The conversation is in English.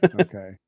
Okay